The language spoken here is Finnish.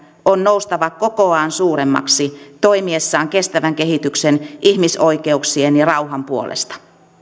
on noustava kokoaan suuremmaksi toimiessaan kestävän kehityksen ihmisoikeuksien ja rauhan puolesta